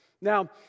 Now